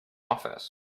office